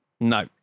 No